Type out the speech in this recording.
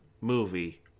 movie